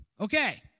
Okay